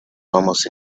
almost